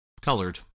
colored